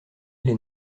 les